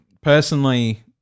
personally